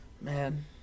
Man